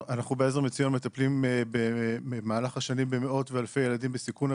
אנחנו בעזר מציון מטפלים במהלך השנים במאות ואלפי ילדים בסיכון,